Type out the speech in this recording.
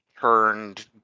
turned